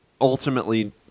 ultimately